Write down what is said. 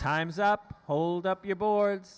time's up hold up your boards